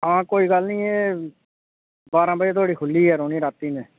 हां कोई गल्ल नी एह् बारां बजे धोड़ी खुल्ली गै रौह्नी रातीं दे